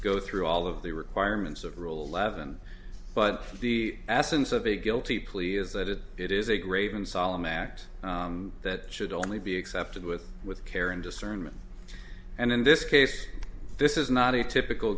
go through all of the requirements of rule eleven but the absence of a guilty plea is that it is a grave and solemn act that should only be accepted with with care and discernment and in this case this is not a typical